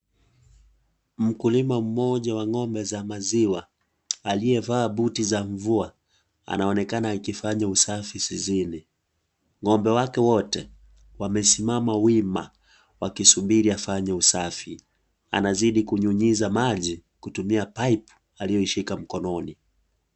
Mkulima mmoja wa ngombe za maziwa, aliyevaa buti za mvua anaonekana akifanya usafi zizini ,ngombe wake wote wamesimama wima wakisubiri afanye usafi. Anazidi kunyunyiza maji kutumia pipe aliyoishika mkononi.